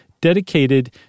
dedicated